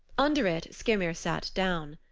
under it skyrmir sat down.